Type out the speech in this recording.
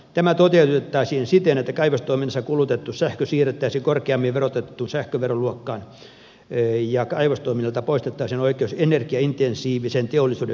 tämä toteutettaisiin siten että kaivostoiminnassa kulutettu sähkö siirrettäisiin korkeammin verotettuun sähköveroluokkaan ja kaivostoiminnalta poistettaisiin oikeus energia intensiivisen teollisuuden veronpalautukseen